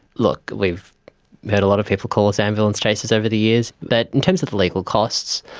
look, we've heard a lot of people call us ambulance chasers over the years. but in terms of legal costs,